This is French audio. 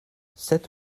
sept